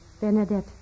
Bernadette